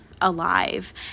alive